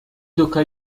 duca